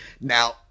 Now